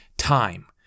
time